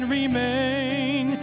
remain